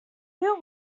hugh